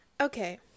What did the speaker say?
Okay